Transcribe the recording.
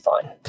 fine